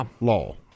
law